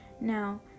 Now